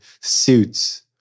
suits